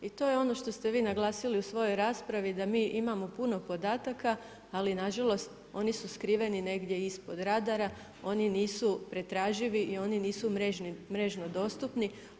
I to je ono što ste vi naglasili u svojoj raspravi da mi imamo puno podataka, ali nažalost oni su skriveni negdje ispod radara, oni nisu pretraživi i oni nisu mrežno dostupni.